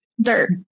dirt